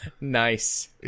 Nice